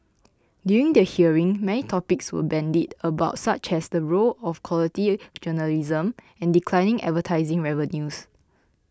during the hearing many topics were bandied about such as the role of quality journalism and declining advertising revenues